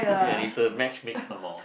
ya and it's a match make some more